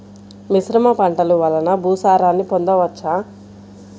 మిశ్రమ పంటలు వలన భూసారాన్ని పొందవచ్చా?